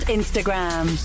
Instagram